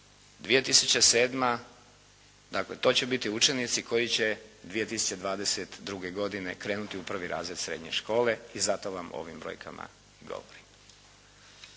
2007. dakle to će biti učenici koji će 2022. godine krenuti u prvi razred srednje škole i zato vam o ovim brojkama i govorim.